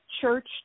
church